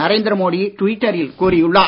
நரேந்திர மோடி டுவிட்டரில் கூறியுள்ளார்